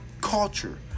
culture